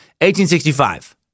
1865